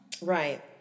Right